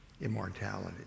immortality